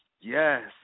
Yes